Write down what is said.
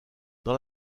dans